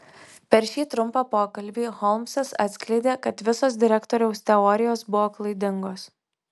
per šį trumpą pokalbį holmsas atskleidė kad visos direktoriaus teorijos buvo klaidingos